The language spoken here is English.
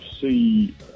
see